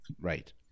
Right